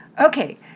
Okay